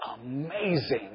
amazing